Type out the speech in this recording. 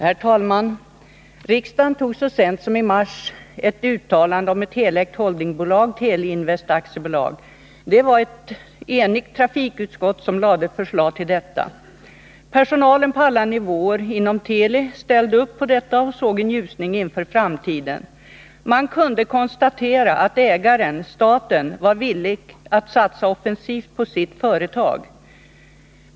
Herr talman! Riksdagen antog så sent som i mars ett uttalande om ett helägt holdingbolag, Teleinvest AB. Det var ett enigt trafikutskott som lade fram förslag till detta. Personalen på alla nivåer inom Teli ställde upp på detta och såg en ljusning inför framtiden. Man kunde konstatera att ägaren, staten, var villig att satsa offensivt på sitt företag.